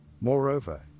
Moreover